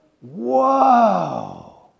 Whoa